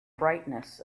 brightness